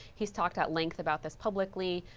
he's talked at length about this public. like